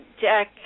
Jack